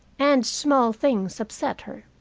and small things upset her.